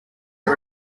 are